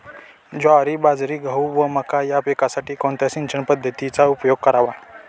ज्वारी, बाजरी, गहू व मका या पिकांसाठी कोणत्या सिंचन पद्धतीचा उपयोग करावा?